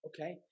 Okay